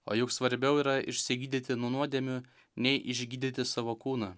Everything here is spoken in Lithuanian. o juk svarbiau yra išsigydyti nuo nuodėmių nei išgydyti savo kūną